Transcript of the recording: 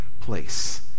place